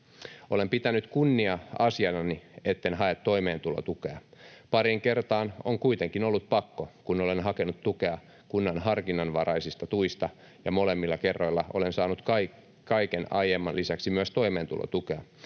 Olen pitänyt kunnia-asianani, etten hae toimeentulotukea. Pariin kertaan on kuitenkin ollut pakko, kun olen hakenut tukea kunnan harkinnanvaraisista tuista, ja molemmilla kerroilla olen saanut kaiken aiemman lisäksi myös toimeentulotukea.